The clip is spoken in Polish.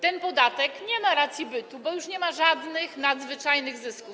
Ten podatek nie ma racji bytu, bo już nie ma żadnych nadzwyczajnych zysków.